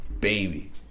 Baby